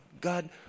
God